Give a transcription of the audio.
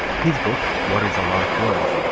his book, what is a life worth?